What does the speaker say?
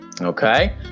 okay